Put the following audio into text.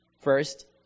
First